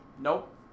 Nope